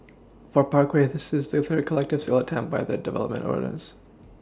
for Parkway this is the third collective sale attempt by the development's owners